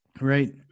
Right